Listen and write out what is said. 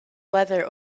weather